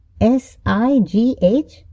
S-I-G-H